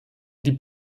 die